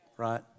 right